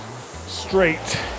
straight